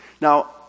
Now